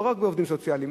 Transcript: לא רק בעובדים סוציאליים,